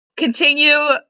Continue